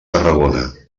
tarragona